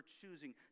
choosing